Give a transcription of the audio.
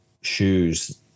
shoes